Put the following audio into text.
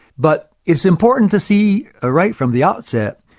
but it's important to see, ah right from the outset,